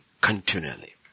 continually